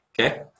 okay